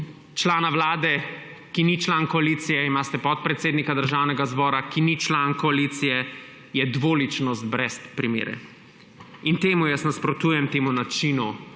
člana Vlade, ki ni član koalicije, imate podpredsednika Državnega zbora, ki ni član koalicije, je dvoličnost brez primere. Temu načinu